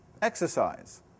exercise